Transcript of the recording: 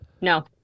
no